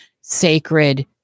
sacred